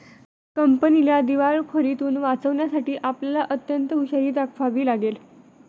कंपनीला दिवाळखोरीतुन वाचवण्यासाठी आपल्याला अत्यंत हुशारी दाखवावी लागेल